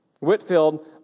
Whitfield